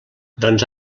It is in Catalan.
doncs